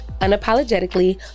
unapologetically